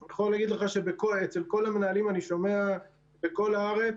אני יכול להגיד לך שאצל כל המנהלים אני שומע בכל הארץ,